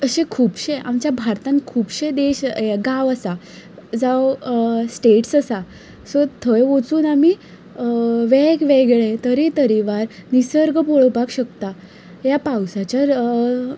अशें खुबशें आमच्या भारतांत खुबशें देश ए गांव आसात जावं स्टेट्स आसात सो थंय वचून आमी वेगवेगळे तेरतरेवार निसर्ग पळोवपाक शकता ह्या पावसाचेर